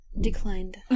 declined